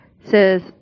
says